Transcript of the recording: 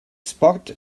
spot